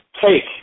take